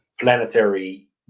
planetary